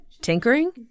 Tinkering